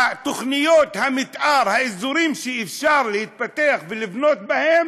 תוכניות המתאר, האזורים שאפשר להתפתח ולבנות בהם,